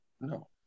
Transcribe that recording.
No